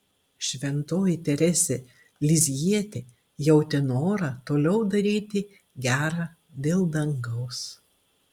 šventoji teresė lizjietė jautė norą toliau daryti gera dėl dangaus